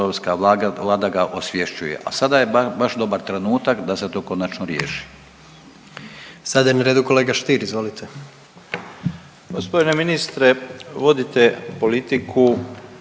vlada ga osvješćuje, a sada je baš dobar trenutak da se to konačno riješi. **Jandroković, Gordan